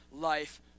life